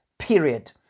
period